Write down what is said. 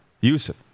yusuf